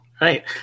Right